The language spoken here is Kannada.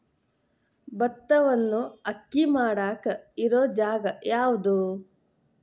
ಭತ್ತವನ್ನು ಅಕ್ಕಿ ಮಾಡಾಕ ಇರು ಜಾಗ ಯಾವುದು?